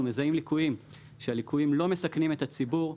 מזהים ליקויים שלא מסכנים את הציבור,